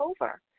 over